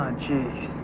jeez.